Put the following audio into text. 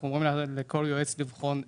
אנחנו אומרים לכל יועץ לבחון אפשרויות.